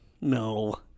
No